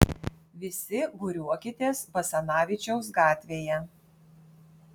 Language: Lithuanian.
visi būriuokitės basanavičiaus gatvėje